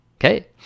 okay